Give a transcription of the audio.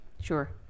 Sure